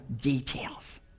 details